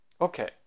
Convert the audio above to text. Okay